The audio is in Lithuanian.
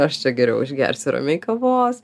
aš čia geriau išgersiu ramiai kavos